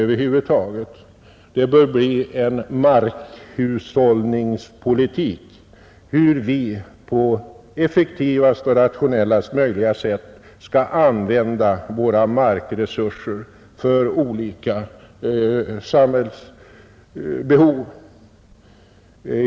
Vi bör gå in för en markhushållningspolitik, som skall syfta till att vi på effektivast och rationellast möjliga sätt skall använda våra markresurser för olika samhällsbehov.